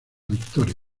victoria